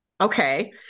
Okay